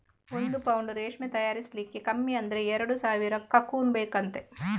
ಒಂದು ಪೌಂಡು ರೇಷ್ಮೆ ತಯಾರಿಸ್ಲಿಕ್ಕೆ ಕಮ್ಮಿ ಅಂದ್ರೆ ಎರಡು ಸಾವಿರ ಕಕೂನ್ ಬೇಕಂತೆ